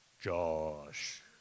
Josh